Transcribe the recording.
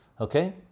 okay